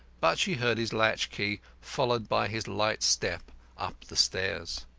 but she heard his latch-key, followed by his light step up the stairs.